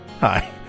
Hi